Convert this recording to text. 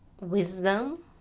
wisdom